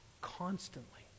Constantly